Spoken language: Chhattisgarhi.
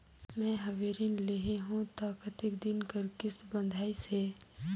मैं हवे ऋण लेहे हों त कतेक दिन कर किस्त बंधाइस हे?